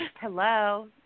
Hello